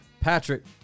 Patrick